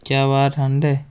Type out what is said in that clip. क्या बाह्र ठंड ऐ